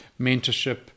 mentorship